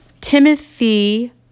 Timothy